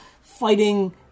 fighting